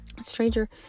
Stranger